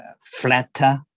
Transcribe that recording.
flatter